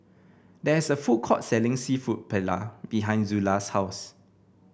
there is a food court selling seafood Paella behind Zula's house